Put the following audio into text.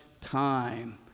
time